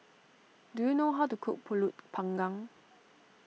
do you know how to cook Pulut Panggang